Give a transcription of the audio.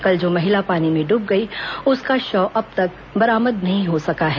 कल जो महिला पानी में डूब गई उसका शव अब तक बरामद नहीं हो सका है